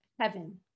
heaven